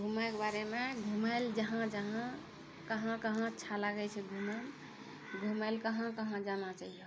घुमैके बारमे घुमय लए जहाँ जहाँ कहाँ कहाँ अच्छा लागै छै घुमय घुमय लए कहाँ कहाँ जाना चाहियै